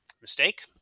mistake